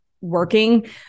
working